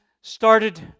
started